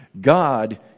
God